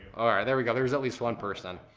ah there we go, there's at least one person.